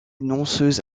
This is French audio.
danseuse